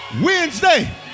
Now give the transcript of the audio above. Wednesday